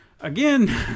Again